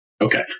Okay